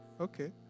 Okay